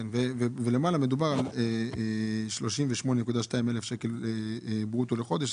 ולמעלה מדובר על 38.2 אלף שקלים ברוטו לחודש.